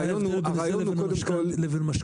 מה ההבדל בין זה לבין משכנתא?